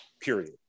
period